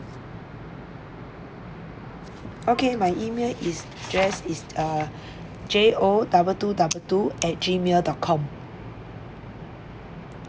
okay my email is just is uh J O double two double two at Gmail dot com